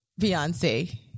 Beyonce